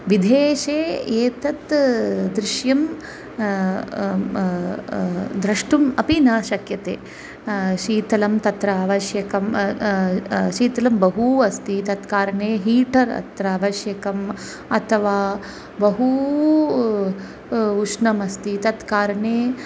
विदेशे एतत् दृश्यं द्रष्टुम् अपि न शक्यते शीतलं तत्र आवश्यकं शीतलं बहु अस्ति तत् कारणे हीटर् अत्र आवश्यकम् अथवा बहु उष्णम् अस्ति तत्कारणे